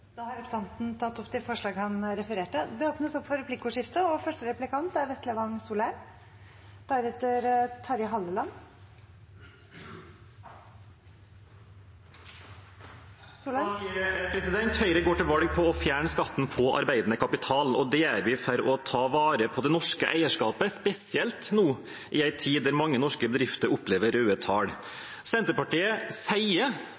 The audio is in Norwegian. Da har representanten Sigbjørn Gjelsvik tatt opp de forslagene han refererte til. Det blir replikkordskifte. Høyre går til valg på å fjerne skatten på arbeidende kapital, og det gjør vi for å ta vare på det norske eierskapet, spesielt nå i en tid da mange norske bedrifter opplever røde tall. Senterpartiet sier